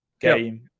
game